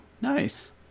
nice